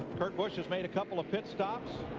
kurt busch has made a couple of pit stops.